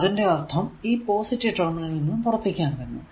അതിന്റെ അർഥം ഈ പോസിറ്റീവ് ടെർമിനൽ നിന്നും പുറത്തേക്കാണ് വരുന്നത്